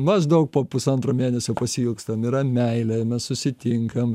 maždaug po pusantro mėnesio pasiilgstam yra meilė mes susitinkam